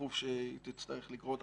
ודחוף שהיא תצטרך לקרות.